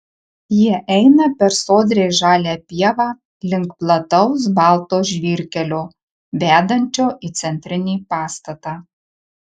jie eina per sodriai žalią pievą link plataus balto žvyrkelio vedančio į centrinį pastatą